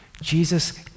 Jesus